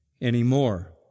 anymore